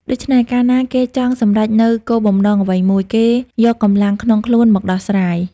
ដូច្នេះ កាលណាគេចង់សម្រេចនូវគោលបំណងអ្វីមួយ គេយកកម្លាំងក្នុងខ្លួនមកដោះស្រាយ ។